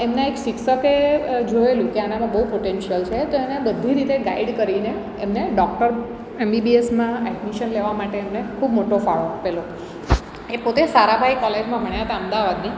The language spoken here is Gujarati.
એમના એક શિક્ષકે જોએલું કે આનામાં બહુ પોટેનશ્યલ છે તો એને બધી રીતે ગાઈડ કરીને એમને ડૉક્ટર એમબીબીએસમાં એડમિશન લેવા માટે એમણે ખૂબ મોટો ફાળો આપેલો એ પોતે સારાભાઈ કોલેજમાં ભણ્યા હતા અમદાવાદની